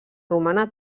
romana